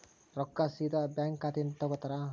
ರೊಕ್ಕಾ ಸೇದಾ ಬ್ಯಾಂಕ್ ಖಾತೆಯಿಂದ ತಗೋತಾರಾ?